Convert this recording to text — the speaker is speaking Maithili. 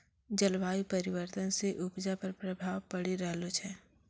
जलवायु परिवर्तन से उपजा पर प्रभाव पड़ी रहलो छै